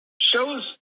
shows